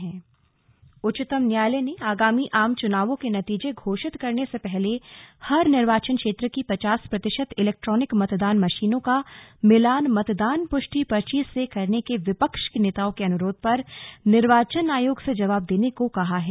slug उच्चतम न्यायालय उच्चतम न्यातयालय ने आगामी आम चुनावों के नतीजे घोषित करने से पहले हर निर्वाचन क्षेत्र की पचास प्रतिशत इलैक्ट्रॉनिक मतदान मशीनों का मिलान मतदान पुष्टि पर्ची से करने के विपक्षी नेताओं के अनुरोध पर निर्वाचन आयोग से जवाब देने को कहा है